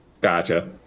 Gotcha